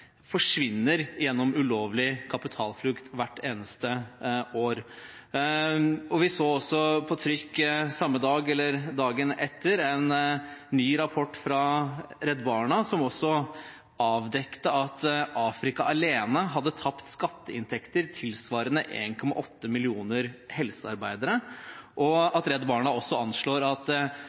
forsvinner gjennom ulovlig kapitalflukt hvert eneste år. Vi så også på trykk noen dager etter en ny rapport fra Redd Barna, som avdekket at Afrika alene hadde tapt skatteinntekter tilsvarende 1,8 millioner helsearbeidere, og at Redd Barna anslår at